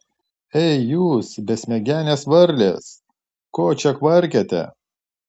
ei jūs besmegenės varlės ko čia kvarkiate